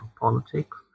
politics